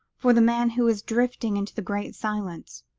for the man who was drifting into the great silence,